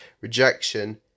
rejection